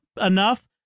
enough